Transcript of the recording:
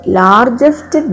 largest